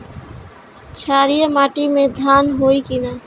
क्षारिय माटी में धान होई की न?